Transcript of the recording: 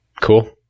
Cool